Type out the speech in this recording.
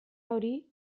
hori